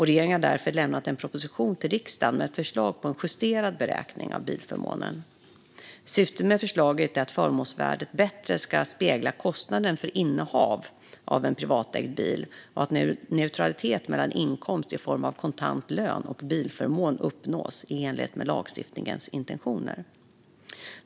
Regeringen har därför lämnat en proposition till riksdagen med ett förslag på en justerad beräkning av bilförmån. Syftet med förslaget är att förmånsvärdet bättre ska spegla kostnaden för innehav av en privatägd bil och att neutralitet mellan inkomst i form av kontant lön och bilförmån uppnås i enlighet med lagstiftningens intentioner.